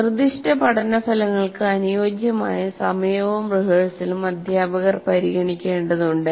നിർദ്ദിഷ്ട പഠന ഫലങ്ങൾക്ക് അനുയോജ്യമായ സമയവും റിഹേഴ്സലും അധ്യാപകർ പരിഗണിക്കേണ്ടതുണ്ട്